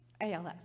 als